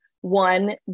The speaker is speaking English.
one